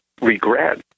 regret